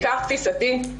בעיקר תפיסתי.